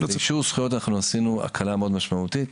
אישור זכויות, אנחנו עשינו הקלה מאוד משמעותית.